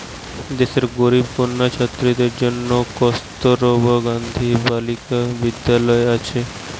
দেশের গরিব কন্যা ছাত্রীদের জন্যে কস্তুরবা গান্ধী বালিকা বিদ্যালয় আছে